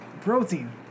protein